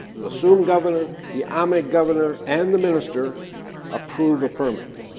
the soon governor, the aimag governor and the minister approve a permit.